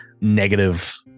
negative